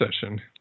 session